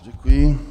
Děkuji.